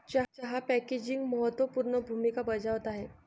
चहा पॅकेजिंग महत्त्व पूर्ण भूमिका बजावत आहे